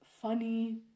funny